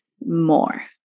more